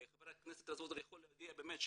חבר הכנסת רזבוזוב יכול להגיד באמת,